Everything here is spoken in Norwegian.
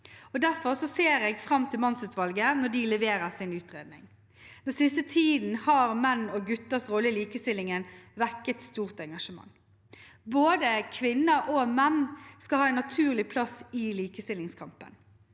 Derfor ser jeg fram til at mannsutvalget skal levere sin utredning. Den siste tiden har menns og gutters rolle i likestillingen vekket stort engasjement. Både kvinner og menn skal ha en naturlig plass i likestillingskampen.